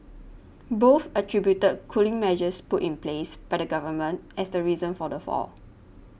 both attributed cooling measures put in place by the Government as the reason for the fall